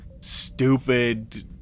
stupid